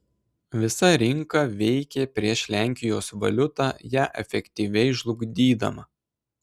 visa rinka veikė prieš lenkijos valiutą ją efektyviai žlugdydama